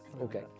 Okay